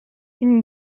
une